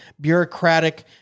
bureaucratic